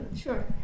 Sure